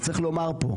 וצריך לומר פה,